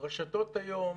הרשתות היום